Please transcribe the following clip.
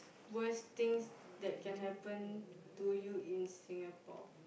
worst things that can happen to you in Singapore